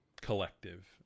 collective